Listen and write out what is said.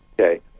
okay